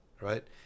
Right